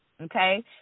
okay